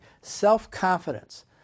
self-confidence